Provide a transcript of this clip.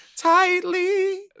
Tightly